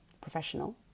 professional